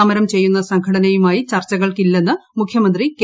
സമരം ചെയ്യുന്ന സംഘടനയുമായി ചർച്ചകൾക്കില്ലെന്ന് മുഖ്യമന്ത്രി കെ